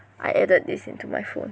I added this into my phone